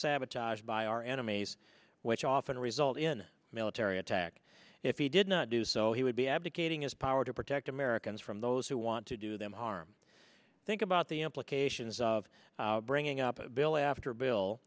sabotaged by our enemies which often result in military attack if he did not do so he would be abdicating his power to protect americans from those who want to do them harm think about the implications of bringing up bill after bill